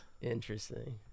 interesting